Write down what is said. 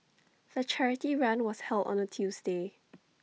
the charity run was held on A Tuesday